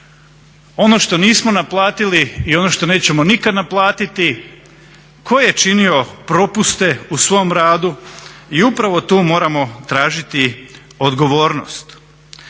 ono što nismo naplatili i ono što nećemo nikad naplatiti, tko je činio propuste u svom radu i upravo tu moramo tražiti odgovornost.